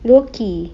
loki